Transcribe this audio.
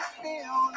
feel